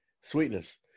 sweetness